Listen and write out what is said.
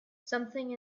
something